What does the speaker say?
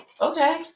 okay